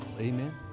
amen